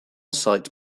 site